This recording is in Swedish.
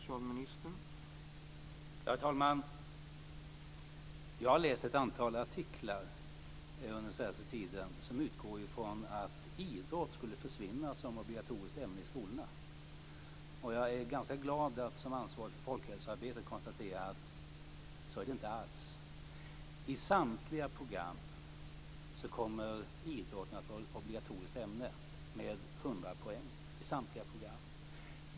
Herr talman! Jag har under den senaste tiden läst ett antal artiklar som utgår från att idrott skulle försvinna som obligatoriskt ämne i skolorna. Jag är ganska glad över att som ansvarig för folkhälsoarbetet kunna konstatera att det inte alls är så. I samtliga program kommer idrotten att vara ett obligatoriskt ämne med 100 poäng.